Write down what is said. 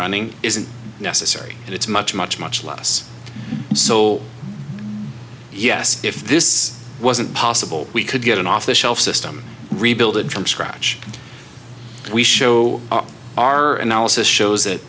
running isn't necessary and it's much much much less so yes if this wasn't possible we could get an off the shelf system rebuild it from scratch we show our analysis shows that